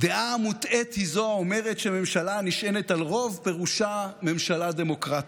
"דעה מוטעית היא זו האומרת שממשלה הנשענת על רוב פירושה ממשלה דמוקרטית,